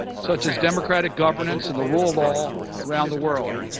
such as democratic governance and the rule of law around the world.